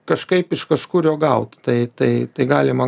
kažkaip iš kažkur jo gaut tai tai galima